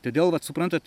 todėl vat suprantat